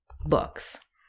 books